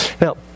Now